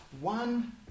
one